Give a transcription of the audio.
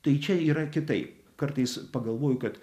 tai čia yra kitaip kartais pagalvoju kad